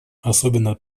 особенно